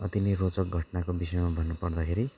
अति नै रोचक घटनाको विषयमा भन्नुपर्दाखेरि